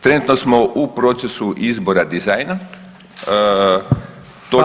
Trenutno smo u procesu izbora dizajna, to će